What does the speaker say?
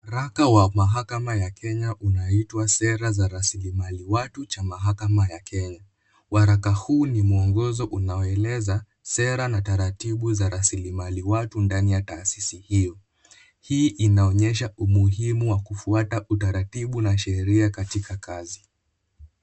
Waraka wa mahakama ya kenya unaitwa sera za rasilimali watu cha mahakama ya kenya. Waraka huu ni mwongozo unaoeleza sera na taratibu za rasilimali watu ndani ya taasisi hio. Hii inaonyesha umuhimu wa kufuata utaratibu na sheria katika kazi.